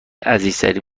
عزیزترین